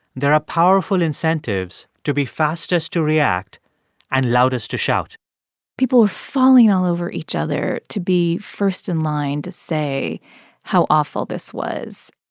there are powerful incentives to be fastest to react and loudest to shout people are falling all over each other to be first in line to say how awful this was.